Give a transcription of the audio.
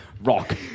Rock